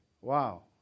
Wow